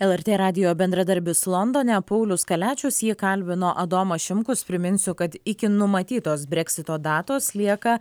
lrt radijo bendradarbis londone paulius kaliačius jį kalbino adomas šimkus priminsiu kad iki numatytos breksito datos lieka